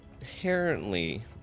inherently